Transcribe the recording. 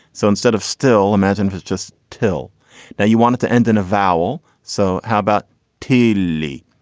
so instead of still imagine it's just till now you want it to end in a vowel. so how about t like